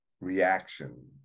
reaction